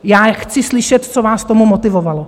Já chci slyšet, co vás k tomu motivovalo.